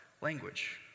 Language